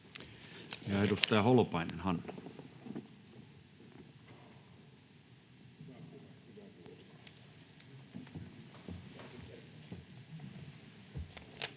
edustaja Holopainen, Hanna. [Speech